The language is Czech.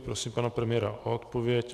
Prosím pana premiéra o odpověď.